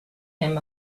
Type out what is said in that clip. him